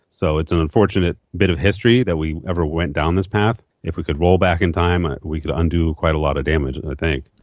so it's an unfortunate bit of history that we ever went down this path. if we could roll back in time ah we could undo quite a lot of damage i think.